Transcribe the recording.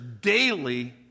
daily